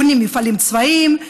בונים מפעלים צבאיים,